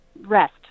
rest